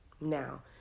Now